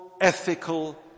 ethical